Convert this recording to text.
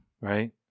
right